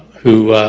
who